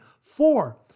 Four